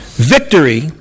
Victory